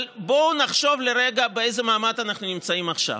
אבל בואו נחשוב לרגע באיזה מעמד אנחנו נמצאים עכשיו: